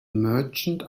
merchant